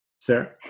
Sarah